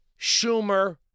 Schumer